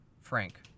Frank